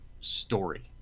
story